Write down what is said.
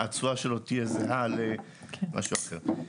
התשואה שלו תהיה זהה למשהו אחר?